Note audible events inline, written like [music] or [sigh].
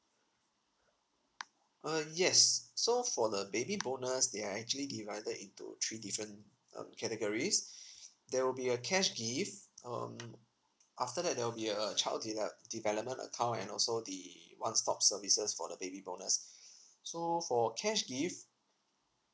uh yes so for the baby bonus they are actually divided into three different um categories [breath] there will be a cash gift um after that there will be a child deve~ development account and also the one stop services for the baby bonus [breath] so for cash gift